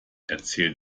erzähl